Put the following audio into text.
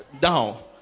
down